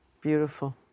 beautiful